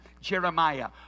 Jeremiah